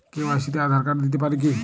KYC তে Aadhaar card দিতে পারি কি?